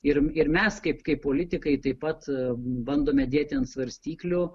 ir ir mes kaip kaip politikai taip pat bandome dėti ant svarstyklių